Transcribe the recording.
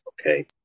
Okay